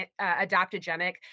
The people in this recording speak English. adaptogenic